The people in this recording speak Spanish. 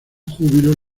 júbilo